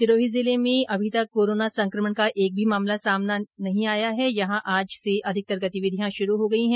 सिरोही जिले में भी अभी तक कोरोना संक्रमण का एक भी मामला नहीं मिलने की वजह से यहां आज से अधिकतर गतिविधियां शुरू हो गई है